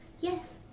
Yes